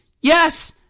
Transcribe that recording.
Yes